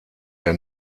der